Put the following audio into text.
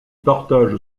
partage